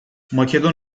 makedon